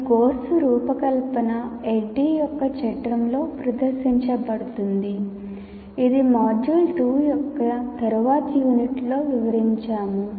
ఈ కోర్సు రూపకల్పన ADDIE యొక్క చట్రంలో ప్రదర్శించబడుతుంది ఇది మాడ్యూల్ 2 యొక్క తరువాతి యూనిట్లలో వివరించాము